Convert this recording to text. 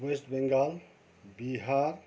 West Bengal Bihar